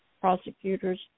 prosecutor's